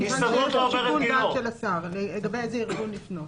כיוון שיש פה שיקול דעת של השר לגבי השאלה לאיזה ארגון לפנות.